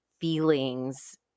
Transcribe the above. feelings